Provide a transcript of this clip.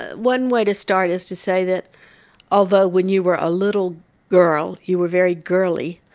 ah one way to start is to say that although when you were a little girl you were very girly,